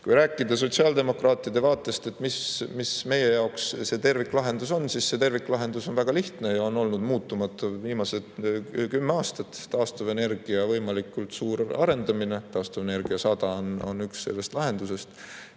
Kui rääkida sotsiaaldemokraatide vaatest, mis meie jaoks terviklahendus on, siis see terviklahendus on väga lihtne ja on olnud muutumatu viimased kümme aastat: taastuvenergia võimalikult suur arendamine. Taastuvenergia 100 on üks osa lahendusest,